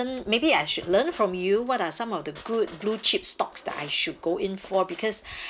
learn maybe I should learn from you what are some of the good blue chip stocks that I should go in for because